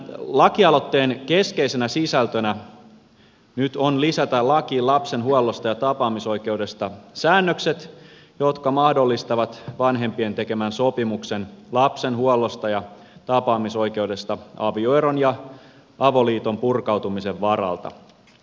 tämän lakialoitteen keskeisenä sisältönä nyt on lisätä lakiin lapsen huollosta ja tapaamisoikeudesta säännökset jotka mahdollistavat vanhempien tekemän sopimuksen lapsen huollosta ja tapaamisoikeudesta avioeron ja avoliiton purkautumisen varalta